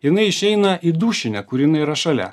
jinai išeina į dušinę kur jinai yra šalia